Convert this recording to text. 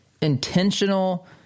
intentional